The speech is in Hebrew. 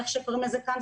איך שקוראים לזה כאן.